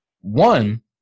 One